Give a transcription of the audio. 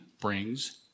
brings